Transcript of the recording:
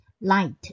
light